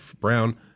Brown